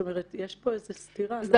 יש פה איזו סתירה, לא?